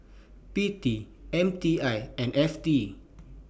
P T M T I and F T